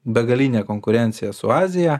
begalinė konkurencija su azija